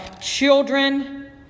children